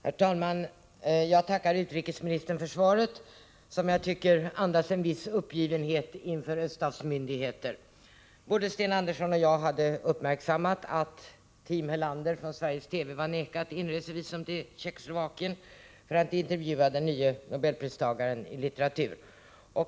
Herr talman! Jag tackar utrikesministern för svaret, som jag tycker andas en viss uppgivenhet inför statsmyndigheter. Både Sten Andersson i Malmö och jag hade uppmärksammat att team Helander från Sveriges TV hade nekats inresevisum till Tjeckoslovakien för att intervjua den nye nobelpristagaren i litteratur.